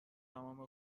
تمام